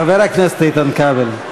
חבר הכנסת איתן כבל.